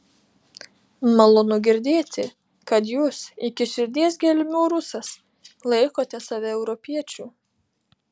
malonu girdėti kad jūs iki širdies gelmių rusas laikote save europiečiu